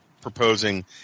proposing